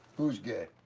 who's gay?